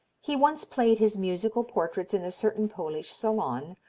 he once played his musical portraits in a certain polish salon,